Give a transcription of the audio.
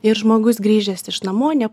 ir žmogus grįžęs iš namo ne